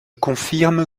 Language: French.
confirme